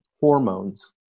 hormones